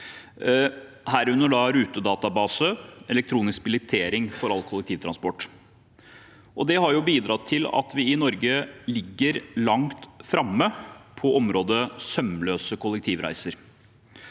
herunder en rutedatabase og elektronisk billettering for all kollektivtransport. Det har bidratt til at vi i Norge ligger langt framme på området sømløse kollektivreiser.